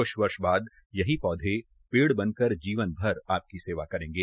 बुछ वर्ष बाद यही पौधे पेड़ बनकर जीवन भर आपकी सेवा करेंगे